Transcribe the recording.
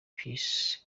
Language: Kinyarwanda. peas